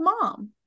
mom